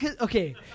okay